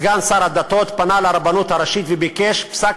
סגן שר הדתות פנה לרבנות הראשית וביקש פסק